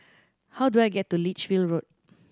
how do I get to Lichfield Road